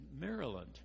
Maryland